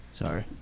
Sorry